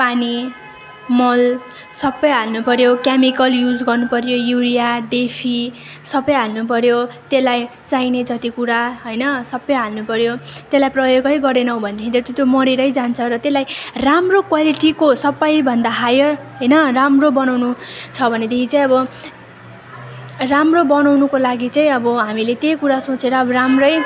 पानी मल सबै हाल्नु पऱ्यो केमिकल युज गर्नु पऱ्यो युरिया डेफी सबै हाल्नु पऱ्यो त्यसलाई चाहिने जति कुरा होइन सबै हाल्नु पऱ्यो त्यसलाई प्रयोगै गरेनौँ भनेदेखि त त्यो मरेरै जान्छ र त्यसलाई राम्रो क्वालिटीको सबैभन्दा हायर होइन राम्रो बनाउनु छ भनेदेखि चाहिँ अब राम्रो बनाउनुको लागि चाहिँ अब हामीले त्यही कुरा सोचेर अब राम्रै